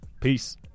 Peace